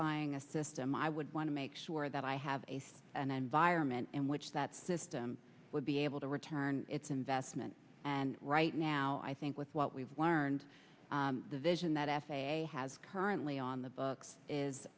buying a system i would want to make sure that i have an environment in which that system would be able to return its investment and right now i think with what we've learned the vision that f a a has currently on the books is